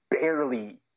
barely